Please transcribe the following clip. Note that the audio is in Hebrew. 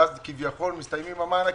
שאז כביכול מסתיימים המענקים,